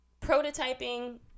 prototyping